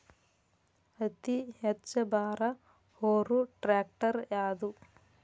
ಅತಿ ಹೆಚ್ಚ ಭಾರ ಹೊರು ಟ್ರ್ಯಾಕ್ಟರ್ ಯಾದು?